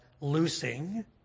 loosing